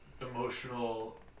emotional